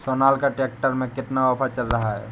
Sonalika tractor में कितना offer चल रहा है?